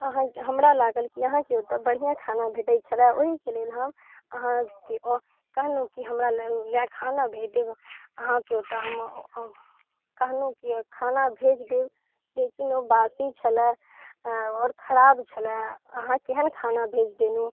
अहाँ हमरा लागल की अहाँके ओतऽ बढ़िआँ खाना भेटै छलै ओहिके लेल हम अहाँके कहलहुँ की हमरा लेल खाना भेज देब अहाँके ओतऽ हम ओ कहलहुँ की खाना भेज देब लेकिन ओ बासी छलै आओर खराब छलै अहाँ केहन खाना भेज देलहुँ